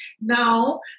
now